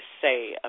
say